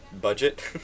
budget